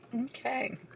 Okay